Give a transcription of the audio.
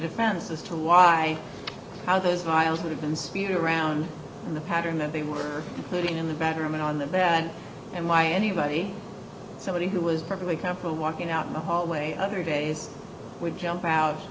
defense as to why how those files would have been speed around in the pattern that they were putting in the bathroom and on the bed and why anybody somebody who was perfectly comfortable walking out in the hallway other days would jump out